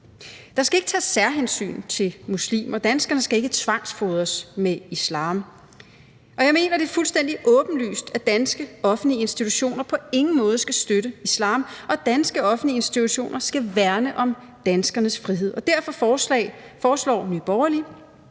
Der skal ikke tages særhensyn til muslimer. Danskerne skal ikke tvangsfodres med islam. Og jeg mener, det er fuldstændig åbenlyst, at danske offentlige institutioner på ingen måde skal støtte islam, og at danske offentlige institutioner skal værne om danskernes frihed. Derfor foreslår Nye Borgerlige,